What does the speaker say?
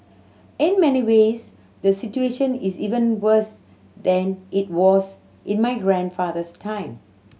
in many ways the situation is even worse than it was in my grandfather's time